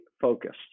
focused